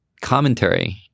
commentary